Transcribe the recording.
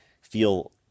feel